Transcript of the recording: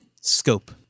scope